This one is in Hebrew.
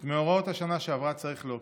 את מאורעות השנה שעברה צריך להוקיע.